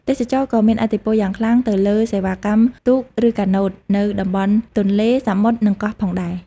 ទេសចរណ៍ក៏មានឥទ្ធិពលយ៉ាងខ្លាំងទៅលើ សេវាកម្មទូកឬកាណូតនៅតំបន់ទន្លេ សមុទ្រ និងកោះ ផងដែរ។